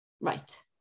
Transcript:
Right